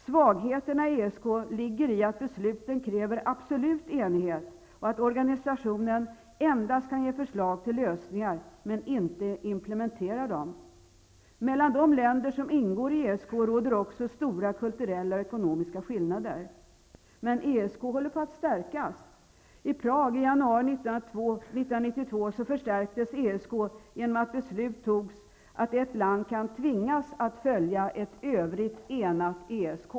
Svagheterna i ESK ligger i att besluten kräver absolut enighet och att organisationen endast kan ge förslag till lösningar men inte implementera dem. Mellan de länder som ingår i ESK råder också stora kulturella och ekonomiska skillnader. Men ESK håller på att stärkas. I Prag, januari 1992, förstärktes ESK genom att beslut togs att ett land kan tvingas att följa ett övrigt enat ESK.